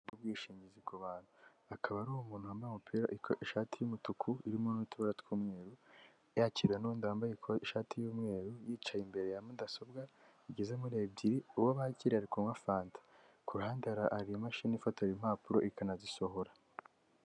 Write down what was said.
Ubwishingizi ku bantu, akaba ari umuntu wambaye umupira wikora, ishati y’umutuku irimo n’utubara tw’umweru, yakira n’undi wambaye ikoti n’ ishati y’umweru, yicaye imbere ya mudasobwa igeze muri ebyiri. Uwo bakiriye ari kunywa Fanta, ku ruhande hari imashini ifotora impapuro ikanazisohora.